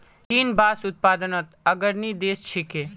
चीन बांस उत्पादनत अग्रणी देश छिके